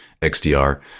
XDR